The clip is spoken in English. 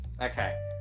Okay